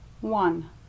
one